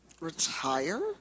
Retire